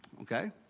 Okay